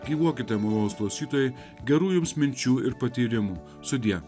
gyvuokite mostuose į tai gerų jums minčių ir patyrimų sudie